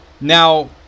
now